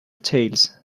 tales